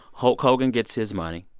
hulk hogan gets his money.